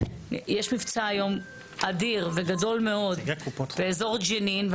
יש מבצע היום אדיר וגדול מאוד באזור ג'נין.